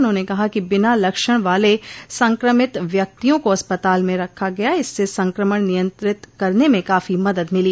उन्होंने कहा कि बिना लक्षण वाले संक्रमित व्यक्तियों को अस्पताल में रखा गया इससे संक्रमण नियंत्रित करने में काफी मदद मिलो